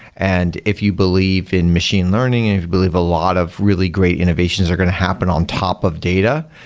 and if you believe in machine learning and if you believe a lot of really great innovations are going to happen on top of data,